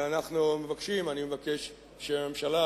ואנחנו מבקשים, אני מבקש בשם הממשלה,